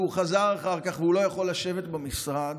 וחזר אחר כך והוא לא יכול לשבת במשרד,